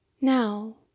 Now